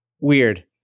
Weird